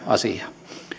asia